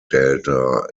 delta